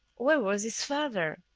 where was his father?